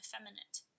effeminate